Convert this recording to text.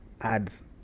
ads